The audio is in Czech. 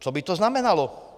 Co by to znamenalo?